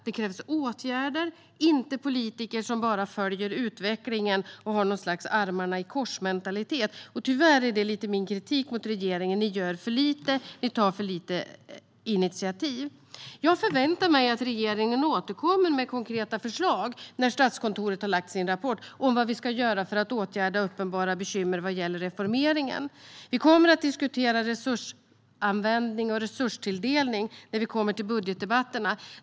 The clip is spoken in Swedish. Det krävs åtgärder, inte politiker som bara följer utvecklingen och har något slags armarna-i-kors-mentalitet. Tyvärr är det min kritik mot regeringen: Ni gör för lite och tar för få initiativ. Jag förväntar mig att regeringen, när Statskontoret har lagt fram sin rapport, återkommer med konkreta förslag om vad vi ska göra för att åtgärda uppenbara bekymmer när det gäller reformeringen. Vi kommer att diskutera resursanvändning och resurstilldelning när vi kommer till budgetdebatterna.